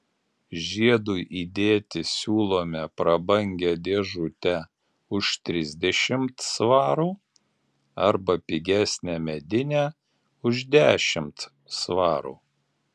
žiedui įdėti siūlome prabangią dėžutę už trisdešimt svarų arba pigesnę medinę už dešimt svarų